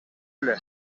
эле